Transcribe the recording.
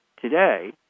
Today